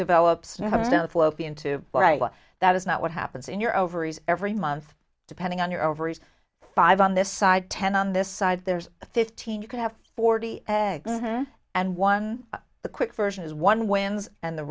slope into that is not what happens in your ovaries every month depending on your ovaries five on this side ten on this side there's fifteen you could have forty eggs and one the quick version is one wins and the